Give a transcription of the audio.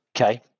okay